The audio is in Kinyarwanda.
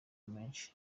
menshi